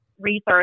Research